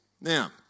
Now